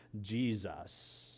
Jesus